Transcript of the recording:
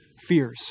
fears